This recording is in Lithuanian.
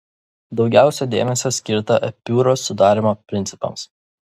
daugiausia dėmesio skirta epiūros sudarymo principams